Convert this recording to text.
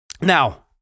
Now